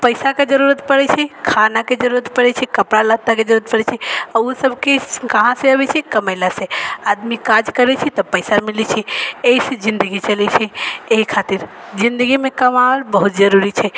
पैसाके जरूरत पड़ै छै खानाके जरूरत पड़ै छै कपड़ा लत्ताके जरूरत पड़ै छै आओर ओसबके कहाँ से अबै छै कमैलासँ आदमी काज करै छै तब पैसा मिलै छै एहिसँ जिनगी चलै छै एहि खातिर जिनगीमे कमाएब बहुत जरूरी छै